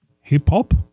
Hip-hop